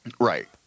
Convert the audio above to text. Right